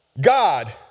God